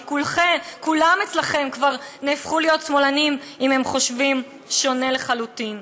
כי כולכם אצלכם כבר הפכו לשמאלנים אם הם חושבים שונה לחלוטין.